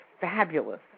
fabulous